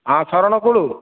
ହଁ ସରଣପୁର